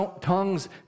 tongues